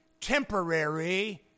temporary